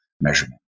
measurement